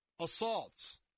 assaults